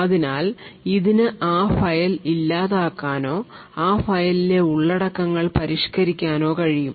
അതിനാൽ ഇതിന് ആ ഫയൽ ഇല്ലാതാക്കാനോ ആ ഫയലിലെ ഉള്ളടക്കങ്ങൾ പരിഷ്കരിക്കാനോ കഴിയും